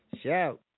Shout